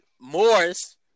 Morris